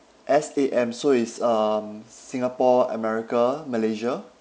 S A M so it's um singapore america malaysia